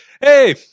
hey